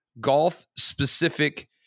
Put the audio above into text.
golf-specific